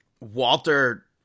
Walter